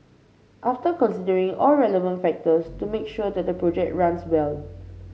after considering all relevant factors to make sure that the project runs well